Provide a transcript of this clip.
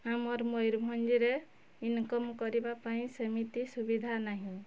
ଆମର ମୟୁରଭଞ୍ଜରେ ଇନକମ୍ କରିବା ପାଇଁ ସେମିତି ସୁବିଧା ନାହିଁ